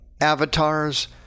avatars